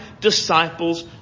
disciples